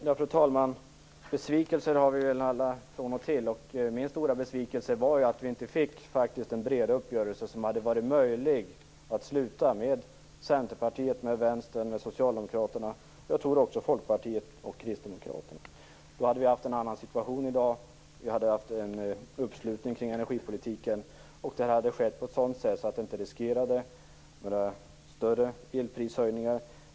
Fru talman! Besvikelser har vi väl alla från och till. Min stora besvikelse var att vi inte fick den breda uppgörelse som hade varit möjlig att träffa med Centerpartiet, Vänstern, Socialdemokraterna och jag tror också Folkpartiet och Kristdemokraterna. Då hade vi haft en annan situation i dag. Vi hade haft en uppslutning kring energipolitiken. Det hade skett på ett sådant sätt att vi inte hade riskerat några större elprishöjningar.